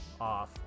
off